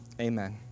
amen